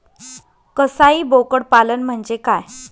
कसाई बोकड पालन म्हणजे काय?